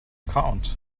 count